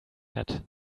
that